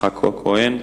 יצחק כהן.